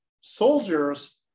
soldiers